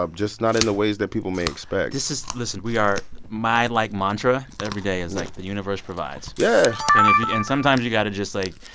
ah just not in the ways that people may expect this is listen. we are my, like, mantra every day is that like the universe provides yeah and if you and sometimes you've got to just, like,